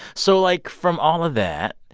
so like, from all of that,